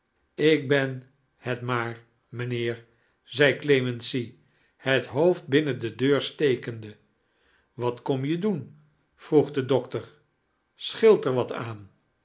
ik hen het maar mijnheer zei clemency het hoofd binnen de deur stekende wat kom je doen vroeg de dokter scheelt er wat aan